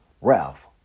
Ralph